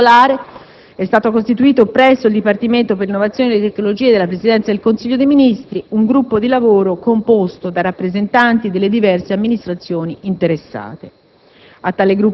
In particolare, è stato costituito, presso il Dipartimento per l'innovazione e le tecnologie della Presidenza del Consiglio dei ministri, un gruppo di lavoro composto da rappresentanti delle diverse amministrazioni interessate.